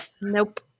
Nope